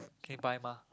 can buy mah